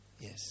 Yes